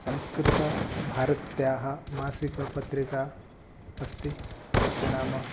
संस्कृतभारत्याः मासिकपत्रिका अस्ति तस्य नामम्